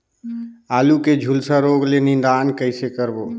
आलू के झुलसा रोग ले निदान कइसे करबो?